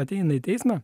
ateina į teismą